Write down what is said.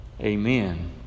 Amen